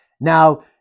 Now